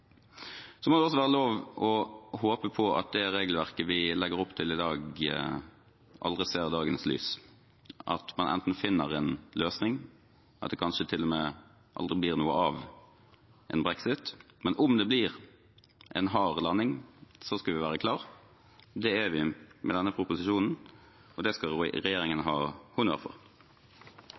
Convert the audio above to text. må også være lov å håpe på at det regelverket vi legger opp til i dag, aldri ser dagens lys – at man enten finner en løsning, eller at det kanskje til og med aldri blir noe av en brexit. Men om det blir en hard landing, skal vi være klare. Det er vi med denne proposisjonen, og det skal regjeringen ha honnør for.